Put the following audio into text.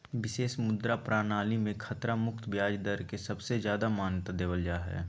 विशेष मुद्रा प्रणाली मे खतरा मुक्त ब्याज दर के सबसे ज्यादा मान्यता देवल जा हय